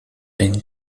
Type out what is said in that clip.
been